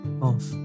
off